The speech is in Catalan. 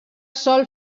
sol